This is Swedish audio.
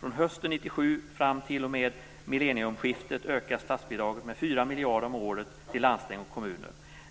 Från hösten 1997 fram till och med millennieskiftet ökas statsbidraget med 4 miljarder om året till landsting och kommuner.